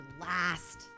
last